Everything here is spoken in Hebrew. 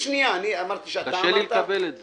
קשה לי לקבל את זה.